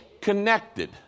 connected